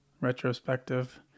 Retrospective